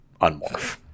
unmorph